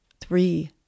three